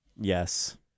Yes